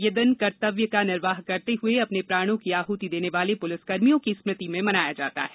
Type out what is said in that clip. यह दिन कर्त्तव्य का निर्वाह करते हुए अपने प्राणों की आहुति देने वाले पुलिसकर्मियों की स्मृति में मनाया जाता है